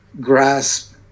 grasp